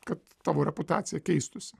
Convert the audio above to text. kad tavo reputacija keistųsi